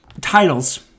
titles